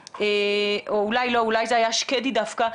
ואולי זו הייתה שקדי דווקא,